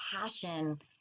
passion